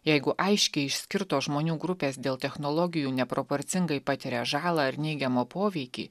jeigu aiškiai išskirtos žmonių grupės dėl technologijų neproporcingai patiria žalą ar neigiamą poveikį